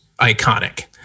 iconic